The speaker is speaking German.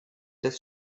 das